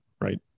right